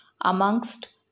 amongst